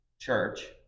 church